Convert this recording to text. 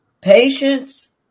patience